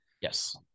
Yes